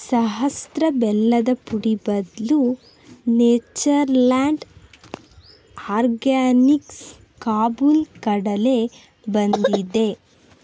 ಸಹಸ್ರ ಬೆಲ್ಲದ ಪುಡಿ ಬದಲು ನೇಚರ್ ಲ್ಯಾಂಡ್ ಆರ್ಗ್ಯಾನಿಕ್ಸ್ ಕಾಬೂಲ್ ಕಡಲೆ ಬಂದಿದೆ